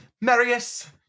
Marius